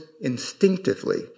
instinctively